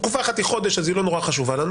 תקופה אחת היא חודש ולכן היא לא נורא חשובה לנו